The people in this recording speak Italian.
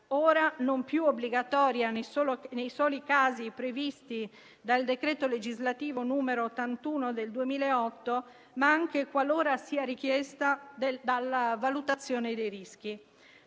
ora non più obbligatoria nei soli casi previsti dal decreto legislativo n. 81 del 2008, ma anche qualora sia richiesta dalla valutazione dei rischi.